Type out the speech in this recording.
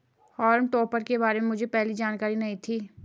हॉल्म topper के बारे में मुझे पहले जानकारी नहीं थी